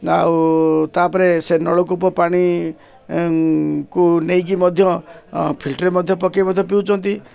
ଆଉ ତାପରେ ସେ ନଳକୂପ ପାଣିକୁ ନେଇକି ମଧ୍ୟ ଫିଲ୍ଟର ମଧ୍ୟ ପକେଇ ମଧ୍ୟ ପିଉଛନ୍ତି